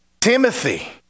Timothy